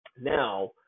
Now